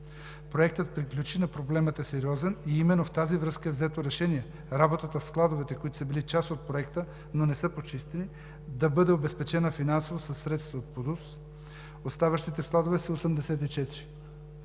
Проектът приключи, но проблемът е сериозен и именно в тази връзка е взето решение работата в складовете, които са били част от Проекта, но не са почистени, да бъде обезпечена финансово със средства от ПУДООС. Оставащите складове са 84,